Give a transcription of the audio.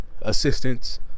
assistance